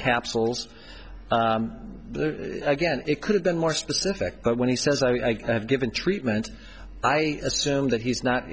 capsules again it could have been more specific but when he says i have given treatment i assume that he's not